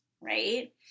right